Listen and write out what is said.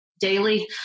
daily